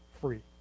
free